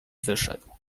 wszedł